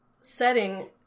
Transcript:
setting